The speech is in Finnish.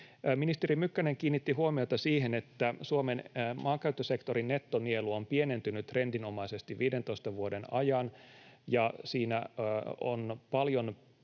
Ministeri Mykkänen kiinnitti huomiota siihen, että Suomen maankäyttösektorin nettonielu on pienentynyt trendinomaisesti 15 vuoden ajan, ja siinä on paljon